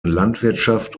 landwirtschaft